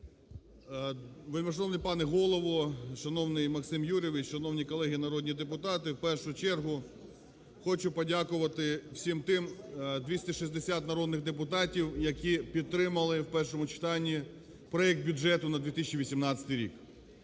Вельмишановний пане Голово, шановний Максим Юрійович, шановні колеги народні депутати, в першу чергу, хочу подякувати всім тим 260 народних депутатів, які підтримали в першому читанні проект бюджету на 2018 рік.